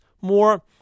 more